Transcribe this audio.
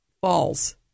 falls